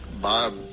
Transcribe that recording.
Bob